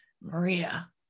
Maria